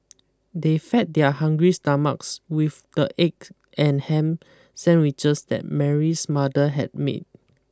they fed their hungry stomachs with the egg and ham sandwiches that Mary's mother had made